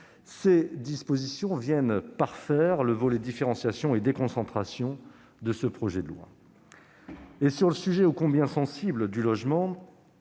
Ces dispositions viennent parfaire le volet différenciation et déconcentration du projet de loi. Sur le sujet ô combien sensible du logement,